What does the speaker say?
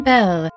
Bell